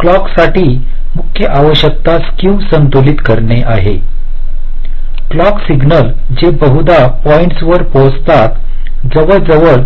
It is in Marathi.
क्लॉक साठी मुख्य आवश्यकता स्क्यू संतुलित करणे क्लॉक सिग्नल जे बहुविध पॉईंट्सवर पोहोचतात जवळ जवळ